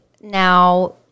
Now